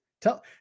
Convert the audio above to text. Tell